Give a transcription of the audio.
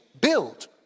Build